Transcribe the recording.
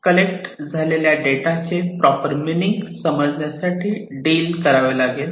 collect झालेल्या डेटाचे proper meaning समजण्यासाठी डील करावे लागेल